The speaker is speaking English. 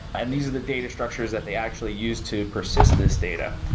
and these are the data structures that they actually use to persist this data.